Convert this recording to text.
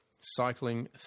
Cycling